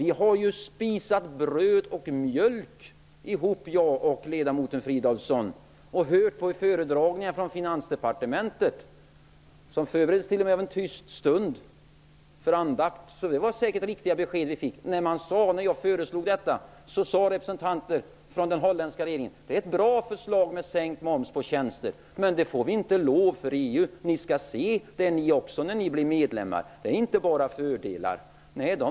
Vi har ju spisat bröd och mjölk ihop, ledamoten Fridolfsson och jag, och hört på föredragningar från Finansdepartementet som t.o.m. inleddes av en tyst stund för andakt. Det var säkert riktiga besked vi fick. När jag föreslog detta sade representanter från den holländska regeringen att det var ett bra förslag med sänkt moms på tjänster, men att de inte fick lov till detta för EU. Det kommer vi också att få se när vi blir medlemmar. Det är inte bara fördelar att vara med i EU.